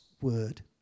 word